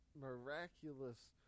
miraculous